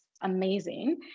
amazing